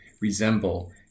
resemble